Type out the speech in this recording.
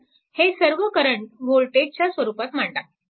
तर हे सर्व करंट वोल्टेजच्या स्वरूपात मांडा